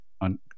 on